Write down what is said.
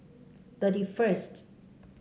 thirty first